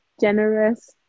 generous